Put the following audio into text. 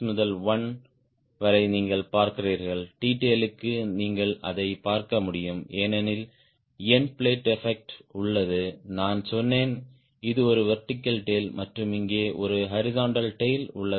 0 வரை நீங்கள் பார்க்கிறீர்கள் T tail க்கு நீங்கள் அதைப் பார்க்க முடியும் ஏனெனில் எண்ட் பிளேட் எஃபெக்ட் உள்ளது நான் சொன்னேன் இது ஒரு வெர்டிகல் டேய்ல் மற்றும் இங்கே ஒரு ஹாரிஸ்ன்ட்டல் டேய்ல் உள்ளது